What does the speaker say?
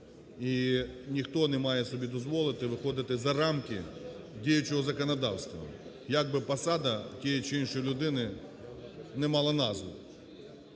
і ніхто не має собі дозволити виходити за рамки діючого законодавства, як би посада тої чи іншої людини не мала назву.